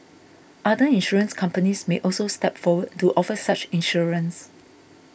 other insurance companies may also step forward to offer such insurance